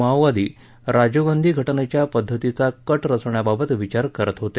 माओवादी राजीव गांधी घटनेच्या पद्धतीचा कट रचण्याबाबत विचार करीत होते